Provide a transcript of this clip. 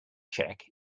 check